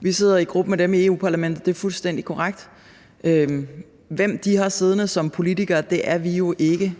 Vi sidder i gruppe med dem i Europa-Parlamentet; det er fuldstændig korrekt. Hvem de har siddende som politikere, er vi jo ikke